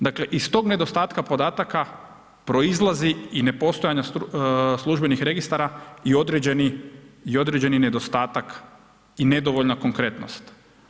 Dakle, iz tog nedostatka podataka proizlazi i nepostojanje službenih registara i određeni nedostatak i nedovoljna konkretnost.